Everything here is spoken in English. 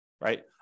Right